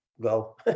go